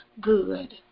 good